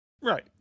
right